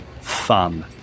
fun